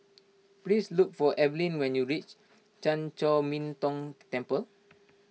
please look for Evalyn when you reach Chan Chor Min Tong Temple